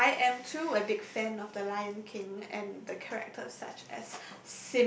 yes I am too a big fan of the Lion King and the characters such as